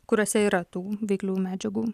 kuriuose yra tų veiklių medžiagų